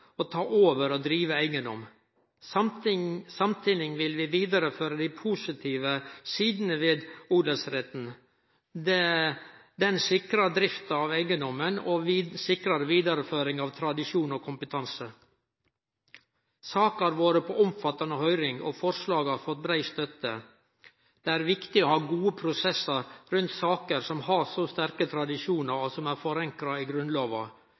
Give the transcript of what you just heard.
å ta over og drive eigedom. Samtidig vil vi vidareføre dei positive sidene ved odelsretten. Den sikrar drifta av eigedomen og vidareføring av tradisjon og kompetanse. Saka har vore på omfattande høyring, og forslaga har fått brei støtte. Det er viktig å ha gode prosessar rundt saker som har så sterke tradisjonar og som er forankra i Grunnlova.